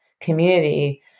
community